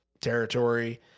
territory